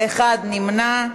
אחד נמנע.